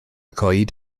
coed